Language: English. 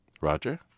Roger